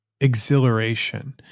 exhilaration